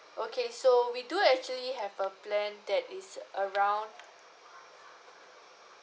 okay so we do actually have a plan that is around